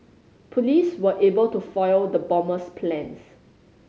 police were able to foil the bomber's plans